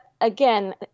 again